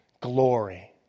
glory